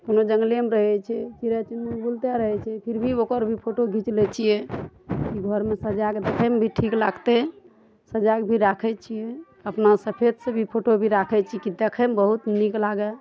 कोनो जङ्गलेमे रहै छै चिड़ै चुनमुन बुलतए रहै छै फिर भी ओकर भी फोटो घीच लै छियै घरमे सजाके देखैमे भी ठीक लागतै सजाके भी राखै छियै अपना सफियत से भी फोटो भी राखै छी की देखैमे बहुत नीक लागए